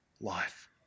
life